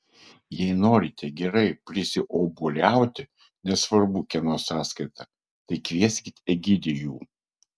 jei norite gerai prisiobuoliauti nesvarbu kieno sąskaita tai kvieskit egidijų